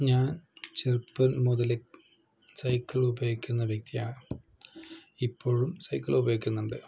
ഞാന് ചെറുപ്പം മുതല് സൈക്കിള് ഉപയോഗിക്കുന്ന വ്യക്തിയാണ് ഇപ്പോഴും സൈക്കിള് ഉപയോഗിക്കുന്നുണ്ട്